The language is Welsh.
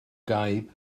gaib